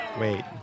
Wait